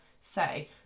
say